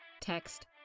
Text